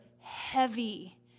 heavy